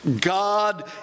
God